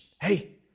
hey